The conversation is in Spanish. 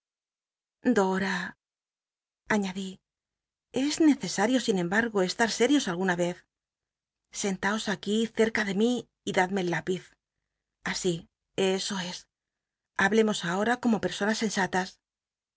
añadí es necesario sin embargo estar sérios alguna vez sen taos aquí cerca de mí y dadme el llípiz así eso es hablemos ahora como personas sensatas